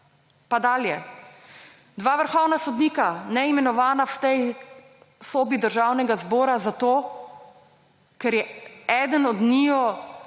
Pa dalje, dva vrhovna sodnika – neimenovana v tej sobi Državnega zbora zato, ker je eden od njiju